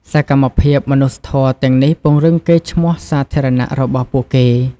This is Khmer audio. សកម្មភាពមនុស្សធម៌ទាំងនេះពង្រឹងកេរ្តិ៍ឈ្មោះសាធារណៈរបស់ពួកគេ។